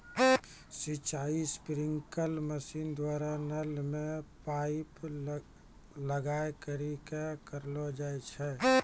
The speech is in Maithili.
सिंचाई स्प्रिंकलर मसीन द्वारा नल मे पाइप लगाय करि क करलो जाय छै